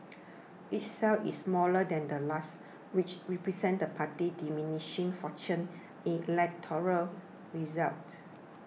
each cell is smaller than the last which represents the party's diminishing fortunes in electoral results